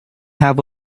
have